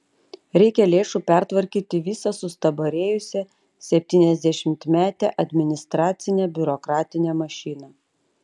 reikia lėšų pertvarkyti visą sustabarėjusią septyniasdešimtmetę administracinę biurokratinę mašiną